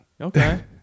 Okay